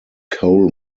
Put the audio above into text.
coal